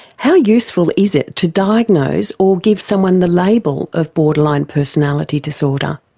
how useful is it to diagnose, or give someone the label of borderline personality disorder?